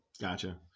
Gotcha